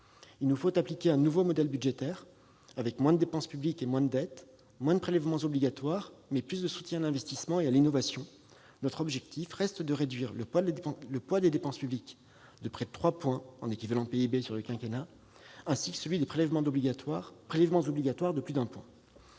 Il nous faut appliquer un nouveau modèle budgétaire : moins de dépenses publiques et de dette, moins de prélèvements obligatoires, mais plus de soutien à l'investissement et à l'innovation. Notre objectif reste de réduire le poids des dépenses publiques de près de 3 points en équivalent PIB sur le quinquennat et de réduire de plus de 1 point